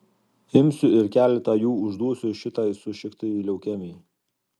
imsiu ir keletą jų užduosiu šitai sušiktai leukemijai